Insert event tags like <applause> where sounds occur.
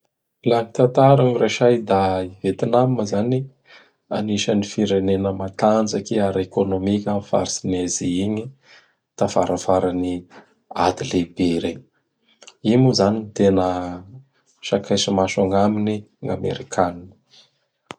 Lah <noise> tantara gny resay da i Vietnam zany anisan'ny firenena matanjaky ara-ekônômika am faritsy Azia igny tafarafaran'ny ady lehibe regny. I moa zany tena sakay sy maso agnaminy <noise> gn' Amerikanina.